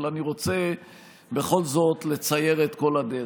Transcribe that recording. אני רוצה בכל זאת לצייר את כל הדרך.